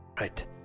right